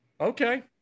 Okay